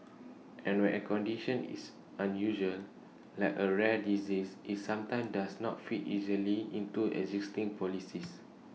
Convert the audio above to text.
and when A condition is unusual like A rare disease IT sometimes does not fit easily into existing policies